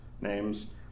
names